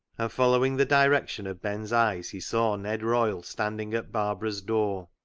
follow ing the direction of ben's eyes, he saw ned royle standing at barbara's door.